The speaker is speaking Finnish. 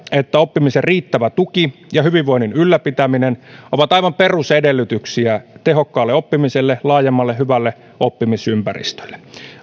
että oppimisen riittävä tuki ja hyvinvoinnin ylläpitäminen ovat aivan perusedellytyksiä tehokkaalle oppimiselle ja laajemmalle hyvälle oppimisympäristölle